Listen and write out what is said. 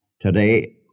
Today